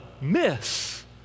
miss